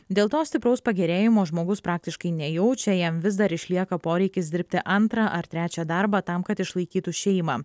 dėl to stipraus pagerėjimo žmogus praktiškai nejaučia jam vis dar išlieka poreikis dirbti antrą ar trečią darbą tam kad išlaikytų šeimą